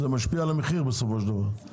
זה משפיע על המחיר בסופו של דבר.